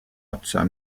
otsa